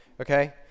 okay